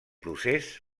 procés